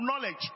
knowledge